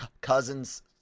cousins